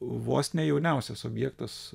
vos ne jauniausias objektas